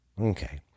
Okay